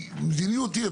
מדיניות עיר,